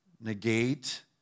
negate